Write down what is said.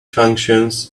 functions